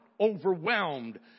overwhelmed